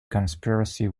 conspiracy